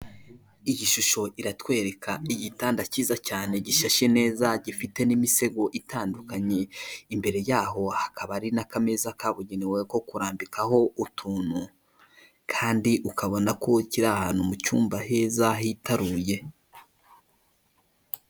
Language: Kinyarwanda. Iyi shusho iratwereka igitanda cyiza cyane gishashe neza gifite n'imisego itandukanye imbere yaho hakaba ari nakameza kabugenewe ko kurambikaho utuntu kandi ukabona ko kiri ahantu mu cyumba heza hitaruye.